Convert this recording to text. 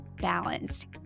balanced